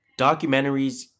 documentaries